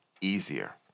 easier